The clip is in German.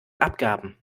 abgaben